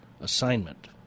assignment